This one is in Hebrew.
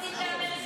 איך לומדים באמריקה?